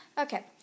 Okay